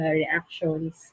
reactions